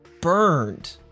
burned